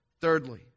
thirdly